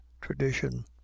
tradition